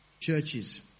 churches